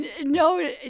No